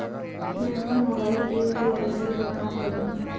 मैं अपन mobile bill के कैसे भुगतान कर हूं?